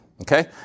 Okay